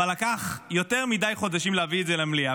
אבל לקח יותר מדי חודשים להביא את זה למליאה.